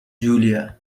julia